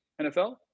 NFL